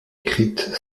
écrite